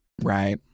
Right